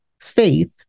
faith